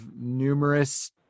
numerous